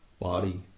body